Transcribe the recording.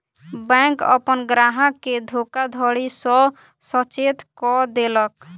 bank अपन ग्राहक के धोखाधड़ी सॅ सचेत कअ देलक